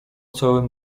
całym